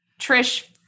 Trish